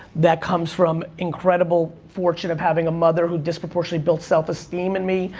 that comes from incredible fortune of having a mother who disproportionately built self-esteem in me,